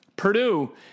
Purdue